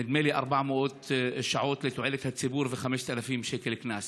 נדמה לי 400 שעות לתועלת הציבור ו-5,000 שקל קנס.